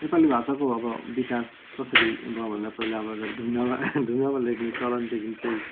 नेपाली भाषाको अब विकास कसरी भयो भन्दा पहिला अब ढुङ्गामा ढुङ्गामा लेख्ने चलनदेखि चाहिँ